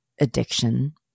addiction